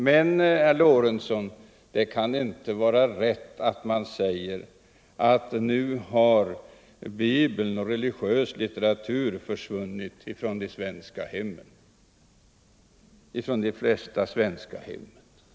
Men, herr Lorentzon, det kan inte vara rätt att i samband med det säga att Bibeln och annan religiös litteratur nu har försvunnit från de flesta svenska hem.